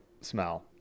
smell